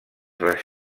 les